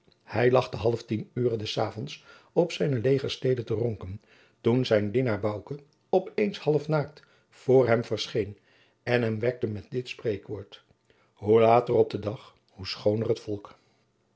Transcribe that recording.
hij lag te half tien ure des avonds op zijne legerstede te ronken toen zijn dienaar bouke op eens half naakt voor hem verscheen en hem wekte met dit spreekwoord hoe later op den dag hoe schooner volk